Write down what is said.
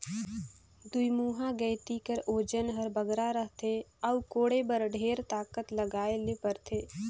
दुईमुहा गइती कर ओजन हर बगरा रहथे अउ कोड़े बर ढेर ताकत लगाए ले परथे